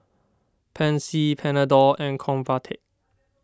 Pansy Panadol and Convatec